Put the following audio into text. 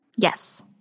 Yes